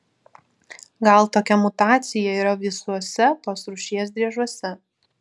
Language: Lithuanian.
gal tokia mutacija yra visuose tos rūšies driežuose